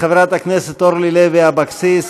חברת הכנסת אורלי לוי אבקסיס,